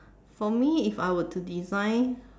for me if I were to design